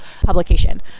publication